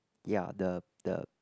ya the the